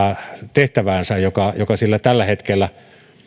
tehtäväänsä joka joka sillä tällä hetkellä